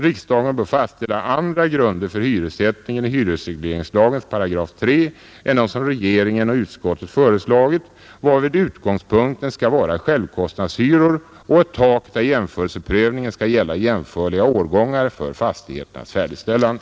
Riksdagen bör fastställa andra grunder för hyressättningen i hyresregleringslagens § 3 än dem som regeringen och utskottet föreslagit, varvid utgångspunkten skall vara självkostnadshyror och ett tak där jämförelseprövningen skall gälla jämförliga årgångar för fastigheternas färdigställande.